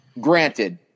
granted